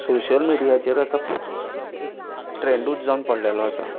social मिडियाचेर आतां photo घालप एक ट्रेंडूच जावन पडलेलो आसा